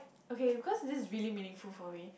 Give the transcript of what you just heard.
okay because this is really meaningful for me